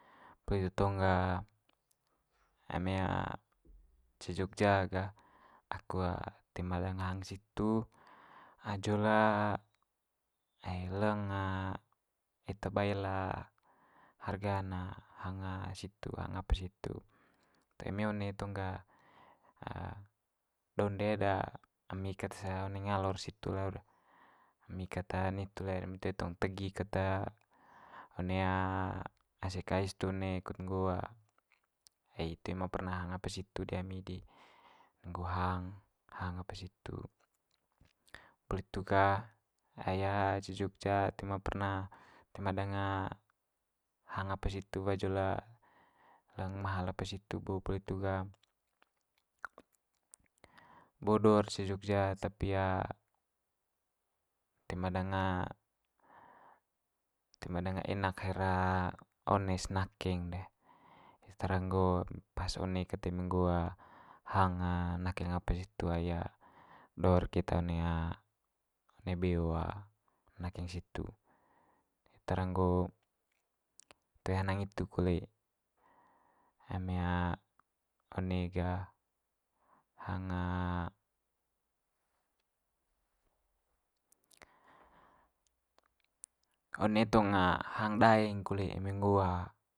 Poli itu tong ga eme ce jogja gah aku toe ma danga hang situ ajul ai leng eta bail harga na hang situ, hang apa situ. Toe me one tong ga donde'd emi ket's one ngalor situ lau'd, emi kat nitu le'd eme toe tong tegi ket one ase kae situ one kut nggo ae toe ma perna hang apa situ di ami di, nggo hang hang apa situ. Poli itu gah ai ce jogja toe ma perna toe ma danga hang apa situ wajul le leng mahal apa situ bo, poli itu ga bo do'r ce jogja tapi toe ma danga toe manga danga enak haer one's nakeng de. Hitu tara nggo pas one ket eme nggo hang nakeng apa situ ai do'r keta one one beo nakeng situ. Itu tara nggo toe hanang itu kole eme one gah hang one tong hang daeng kole, eme nggo.